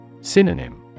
Synonym